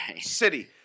City